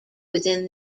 within